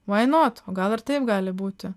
vai not o gal ir taip gali būti